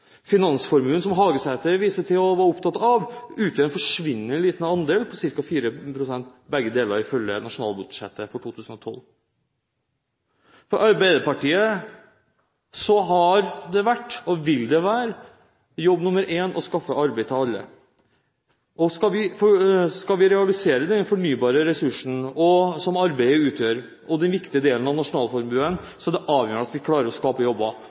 Finansformuen, som Hagesæter viste til og var opptatt av, utgjør en forsvinnende liten andel, ca. 4 pst. – begge deler ifølge nasjonalbudsjettet for 2012. For Arbeiderpartiet har det vært og vil det være jobb nummer én å skaffe arbeid til alle. Og skal vi realisere den fornybare ressursen som arbeidet utgjør, og den viktige delen av nasjonalformuen, er det avgjørende at vi klarer å skape jobber.